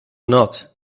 not